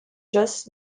jos